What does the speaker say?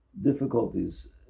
difficulties